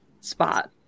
spot